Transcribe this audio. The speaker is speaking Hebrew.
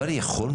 אבל אני שואל,